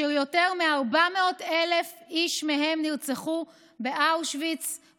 אשר יותר מ-400,000 איש מהם נרצחו באושוויץ-בירקנאו